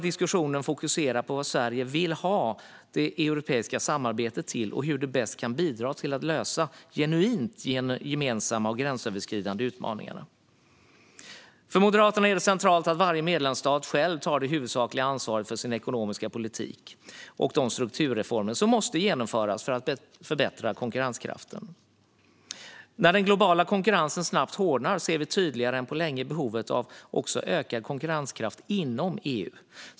Diskussionen bör fokusera på vad Sverige vill ha det europeiska samarbetet till och hur det bäst kan bidra till att genuint lösa de gemensamma och gränsöverskridande utmaningarna. För Moderaterna är det centralt att varje medlemsstat själv tar det huvudsakliga ansvaret för sin ekonomiska politik och de strukturreformer som måste genomföras för att förbättra konkurrenskraften. När den globala konkurrensen snabbt hårdnar ser vi tydligare än på länge behovet av ökad konkurrenskraft också inom EU.